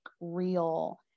real